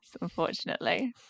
unfortunately